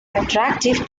attractive